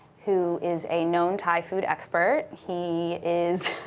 who is a known thai food expert. he is